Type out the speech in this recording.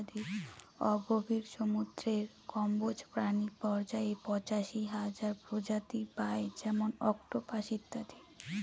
অগভীর সমুদ্রের কম্বজ প্রাণী পর্যায়ে পঁচাশি হাজার প্রজাতি পাই যেমন অক্টোপাস ইত্যাদি